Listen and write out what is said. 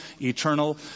eternal